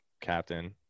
captain